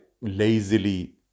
lazily